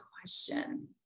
question